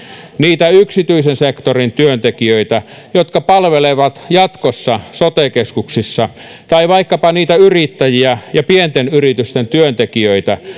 niitä yksityisen sektorin työntekijöitä jotka palvelevat jatkossa sote keskuksissa tai vaikkapa niitä yrittäjiä ja pienten yritysten työntekijöitä